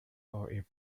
are